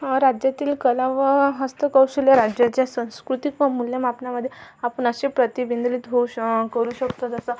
राज्यातील कला व हस्तकौशल्य राज्याच्या सांस्कृतिक व मूल्यमापनामध्ये आपण असे प्रतिबिंधरीत होऊ श करू शकतो जसं